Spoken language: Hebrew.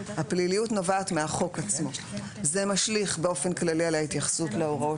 הפליליות נובעת מהחוק עצמו וזה משליך באופן כללי על ההתייחסות להוראות